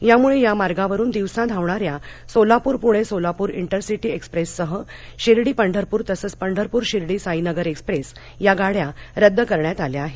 यामुळे या मार्गावरून दिवसा धावणाऱ्या सोलापूर पूर्ण सोलापूर इंटरसिटी एक्सप्रेससह शिर्डी पंढरपूर तसंच पंढरपूर शिर्डी साईनगर एक्सप्रेस या गाड्या रद्द करण्यात आल्या आहेत